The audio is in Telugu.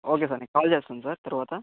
ఓకే సార్ నేను కాల్ చేస్తాను సార్ తర్వాత